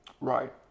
Right